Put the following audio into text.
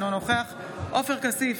אינו נוכח עופר כסיף,